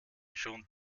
schont